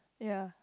ya